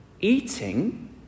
Eating